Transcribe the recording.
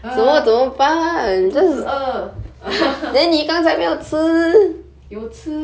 !aiya! 怎么办 ah 肚子饿